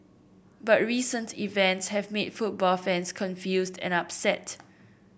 but recent events have made football fans confused and upset